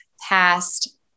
past